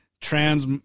trans